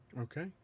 Okay